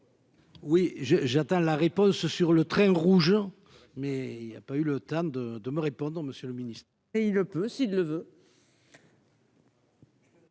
Oui je j'attends la réponse sur le train rouge mais il n'y a pas eu le temps de de me répondant, Monsieur le Ministre, et il ne peut s'il le veut.